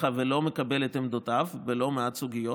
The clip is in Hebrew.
ולא מקבל את עמדותיו בלא מעט סוגיות,